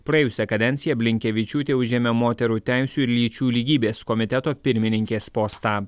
praėjusią kadenciją blinkevičiūtė užėmė moterų teisių ir lyčių lygybės komiteto pirmininkės postą